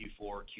Q4